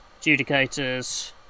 Judicators